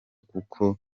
kuko